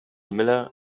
miller